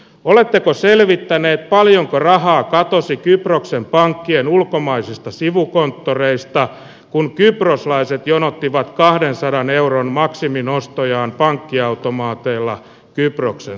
oletteko selvittäneet paljon rahaa katosi kyproksen pankkien ulkomaisesta sivukonttoreista kun kyproslaiset jonottivat kahden sadan euron maksiminostojaan pankkiautomaateilla kyproksen